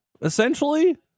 Essentially